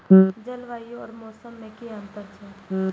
जलवायु और मौसम में कि अंतर छै?